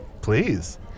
Please